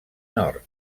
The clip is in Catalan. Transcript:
nord